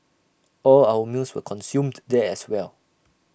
all our meals were consumed there as well